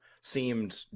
Seemed